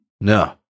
No